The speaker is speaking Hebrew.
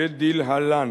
כדלהלן.